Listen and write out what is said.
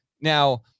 Now